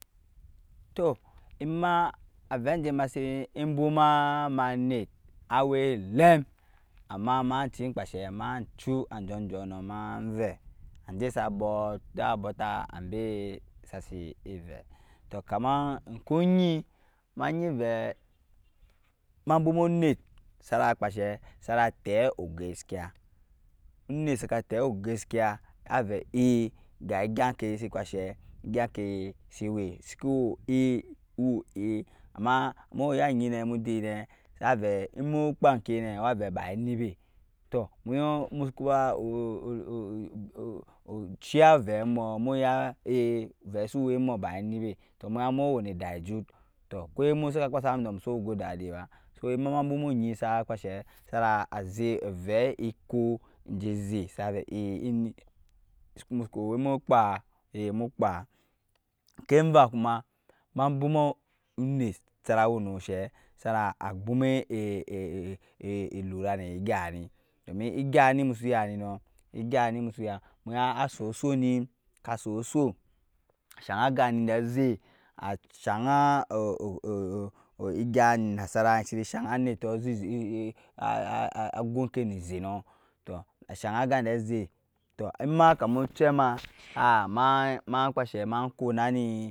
Tɔɔ ɛma avɛ jɛ masi ebwuma ma nɛt awai lem ama ma kpashe ma chu ajɔɔjɔɔ ma vɛi anjɛ sabot jabottɛ ambɛ sasi evɛ tɔɔ kama okun enyi ma enyi uɛi ma bwumuniɛ sara tɛi ogaskiya onɛt saka tɛi ogaskiya ga engyangkɛ sikipashɛ engyagkɛ si wɛi siki wɛi e ewɛi e ama mu ya ajyi nɛ mu dau nɛ emu kpa enkɛ nɛi avɛ ba eni bɛ tɔɔ mu ciya vɛi mɔɔ muya e vɛi suwɛ mɔɔ ba enni bɛ tɔɔ mu wɛi nɛ dai jut kɔɔ mu saka kpasamu nɔɔ musu gøɔ dadi ba sɔɔ sara kpashɛ sara asɛk avɛi ekɔɔjɛ. zɛi sa vɛi eni mu cuku wɛi emu kpae mukpa enkɛnva kuma ma bwuma onet sara wɛi ni shɛi sara abwuma elura nɛ egyani domi egyani musu yani nɔɔ egyani musu ya assɔɔ sɔɔ ni ka sɔɔsɔɔ shang agani ja zɛi a shang ryya nasara sini shang anɛtɔɔ agɔgkɛ ni e zɛi nɔɔ tɔɔ ashang aga ja zei ema kama cɛma mo ma icɔnanni,